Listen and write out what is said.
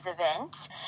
event